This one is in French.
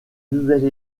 nouvelle